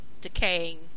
decaying